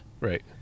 Right